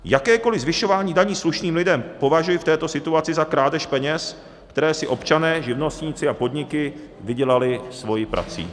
Jakékoli zvyšování daní slušným lidem považuji v této situaci za krádež peněz, které si občané, živnostníci a podniky vydělali svou prací.